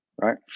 right